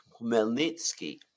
Melnitsky